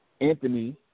Anthony